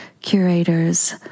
curators